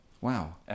Wow